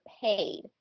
paid